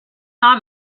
not